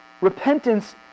Repentance